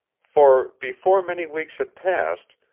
for, before many weeks had passed,